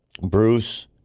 Bruce